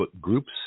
groups